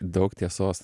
daug tiesos